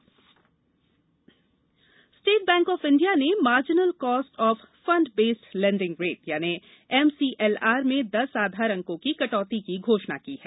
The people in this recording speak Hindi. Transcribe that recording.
SBI MCLR State Bank of India ने marginal cost of fund based lending rate MCLR में दस आधार अंकों की कटौती की घोषणा की है